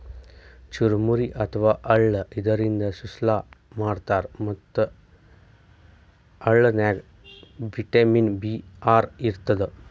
ಚುರಮುರಿ ಅಥವಾ ಅಳ್ಳ ಇದರಿಂದ ಸುಸ್ಲಾ ಮಾಡ್ತಾರ್ ಮತ್ತ್ ಅಳ್ಳನಾಗ್ ವಿಟಮಿನ್ ಬಿ ಆರ್ ಇರ್ತದ್